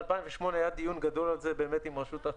רישיון ספק גז ובעל רישיון עבודת גז סימן א':